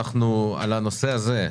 על הנושא הזה,